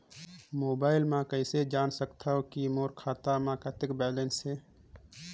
Mobile म कइसे जान सकथव कि मोर खाता म कतेक बैलेंस से?